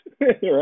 Right